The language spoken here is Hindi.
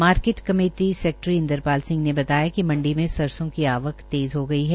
market committee secretary Indrapal Singh ने बताया कि मंडी में सरसों की आवक तेज हो गई है